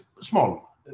small